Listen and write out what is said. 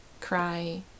cry